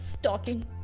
stalking